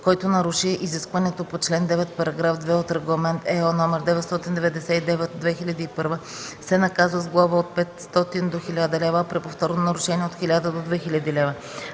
Който наруши изискването по чл. 9, параграф 2 от Регламент (ЕО) № 999/2001, се наказва с глоба от 500 до 1000 лв., а при повторно нарушение – от 1000 до 2000 лв.